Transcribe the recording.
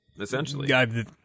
Essentially